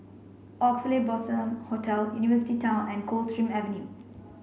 Oxley Blossom Hotel University Town and Coldstream Avenue